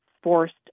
forced